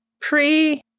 pre